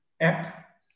app